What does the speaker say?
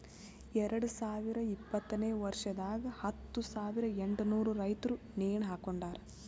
ಎರಡು ಸಾವಿರ ಇಪ್ಪತ್ತನೆ ವರ್ಷದಾಗ್ ಹತ್ತು ಸಾವಿರ ಎಂಟನೂರು ರೈತುರ್ ನೇಣ ಹಾಕೊಂಡಾರ್